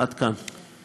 עד כאן.